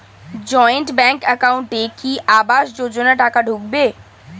Joint bank একাউন্টে কি আবাস যোজনা টাকা ঢুকবে?